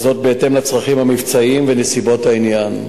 בהתאם לצרכים המבצעיים ונסיבות העניין.